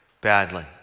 badly